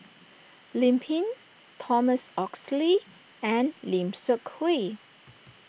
Lim Pin Thomas Oxley and Lim Seok Hui